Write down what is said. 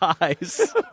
eyes